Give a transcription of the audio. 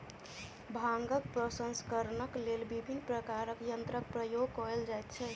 भांगक प्रसंस्करणक लेल विभिन्न प्रकारक यंत्रक प्रयोग कयल जाइत छै